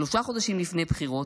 שלושה חודשים לפני בחירות,